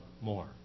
more